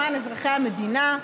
תעבדו למען אזרחי המדינה,